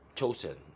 chosen